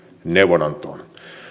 neuvonantoon